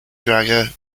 jagger